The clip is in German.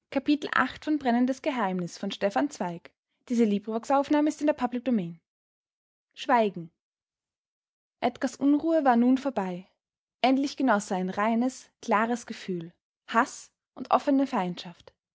edgars unruhe war nun vorbei endlich genoß er ein reines klares gefühl haß und offene feindschaft